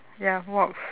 ya walks